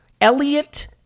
Elliot